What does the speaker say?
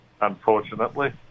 unfortunately